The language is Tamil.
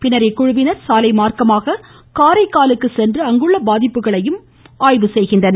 பின்னர் இக்குழுவினர் சாலை மார்க்கமாக காரைக்காலுக்கு சென்று அங்குள்ள பாதிப்புகளை கண்டறிகின்றனர்